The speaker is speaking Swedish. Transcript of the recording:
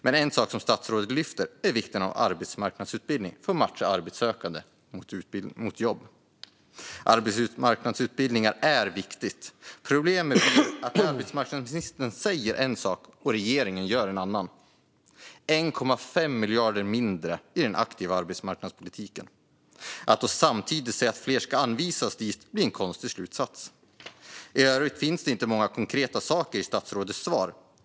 Men en sak som statsrådet lyfter är vikten av arbetsmarknadsutbildning för att matcha de arbetssökande mot lediga jobb. Arbetsmarknadsutbildningar är oerhört viktigt. Problemet är bara att arbetsmarknadsministern säger en sak och regeringen gör en annan. Man anslår 1,5 miljarder kronor mindre till den aktiva arbetsmarknadspolitiken. Att då samtidigt säga att fler ska anvisas dit blir en konstig slutsats. I övrigt finns inte många konkreta saker i statsrådets svar.